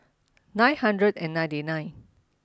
nine hundred and ninety nine